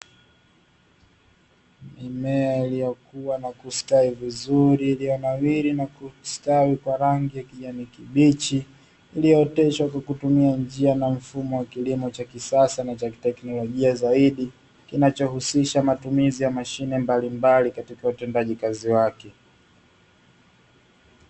Mimea iliyokua na kustawi vizuri iliyonawiri na kustawi kwa rangi ya kijani kibichi, iliyooteshwa kwa kutumia njia na mfumo wa kilimo cha kisasa na cha kiteknolojia zaidi kinachohusisha matumizi ya mashine mbalimbali katika utendaji kazi wake.